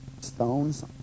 stones